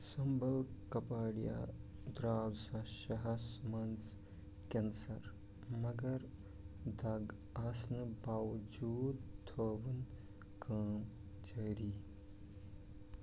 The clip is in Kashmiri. سمبٕل کپاڈِیا درٛاو زٕ ساس شےٚ ہَس منٛز کیٚنَسر مگر دَگ آسنہٕ باوجوٗد تھٲوٕن کٲم جٲری